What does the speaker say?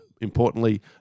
importantly